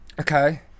okay